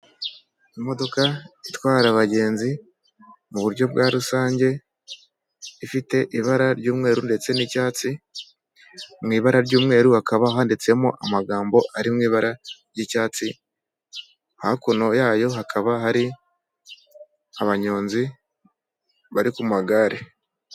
Imodoka itwara abagenzi mu buryo bwa rusange, ifite ibara ry'umweru ndetse n'icyatsi, mu ibara ry'umweru hakaba handitsemo amagambo ari mu ibara ry'icyatsi, hakuno yayo hakaba hari abanyonzi bari ku magare.